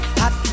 hot